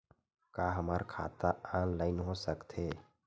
का हमर खाता ऑनलाइन हो सकथे?